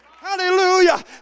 Hallelujah